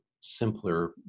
simpler